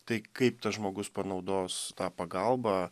tai kaip tas žmogus panaudos tą pagalbą